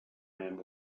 man